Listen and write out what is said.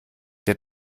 der